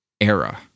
era